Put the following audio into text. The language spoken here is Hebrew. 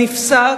נפסק.